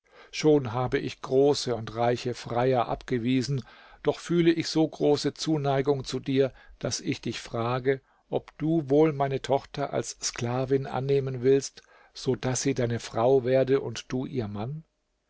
schon habe ich große und reiche freier abgewiesen doch fühle ich so große zuneigung zu dir daß ich dich frage ob du wohl meine tochter als sklavin annehmen willst so daß sie deine frau werde und du ihr mann